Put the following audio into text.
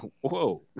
whoa